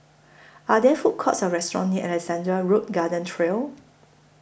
Are There Food Courts Or restaurants near Alexandra Road Garden Trail